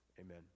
Amen